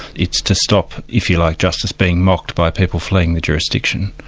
it's to stop, if you like, justice being mocked by people fleeing the jurisdiction.